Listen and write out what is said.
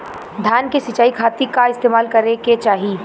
धान के सिंचाई खाती का इस्तेमाल करे के चाही?